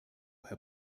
herr